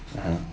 (uh huh)